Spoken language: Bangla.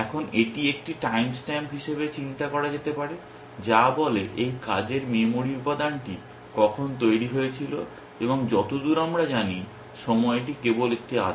এখন এটি একটি টাইম স্ট্যাম্প হিসাবে চিন্তা করা যেতে পারে যা বলে এই কাজের মেমরি উপাদানটি কখন তৈরি হয়েছিল এবং যতদূর আমরা জানি সময়টি কেবল একটি আদেশ